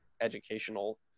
educational